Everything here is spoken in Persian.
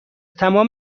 تمام